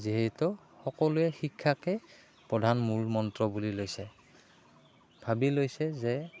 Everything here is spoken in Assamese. যিহেতু সকলোৱে শিক্ষাকে প্ৰধান মূল মন্ত্ৰ বুলি লৈছে ভাবি লৈছে যে